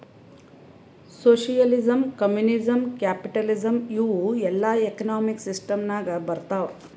socialism, communism, capitalism ಇವೂ ಎಲ್ಲಾ economic system ನಾಗ್ ಬರ್ತಾವ್